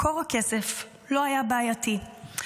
מקור הכסף לא היה בעייתי,